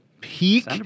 peak